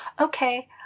okay